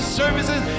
services